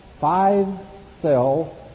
five-cell